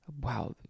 Wow